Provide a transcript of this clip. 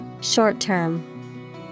Short-term